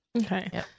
Okay